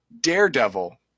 Daredevil